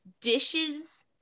dishes